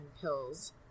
pills